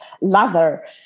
lather